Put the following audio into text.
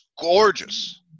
gorgeous